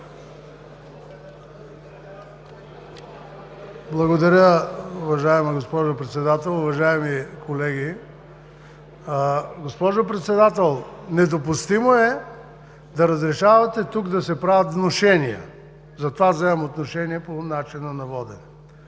Благодаря, уважаема госпожо Председател. Уважаеми колеги! Госпожо Председател, недопустимо е тук да разрешавате да се правят внушения – затова взимам отношение по начина на водене.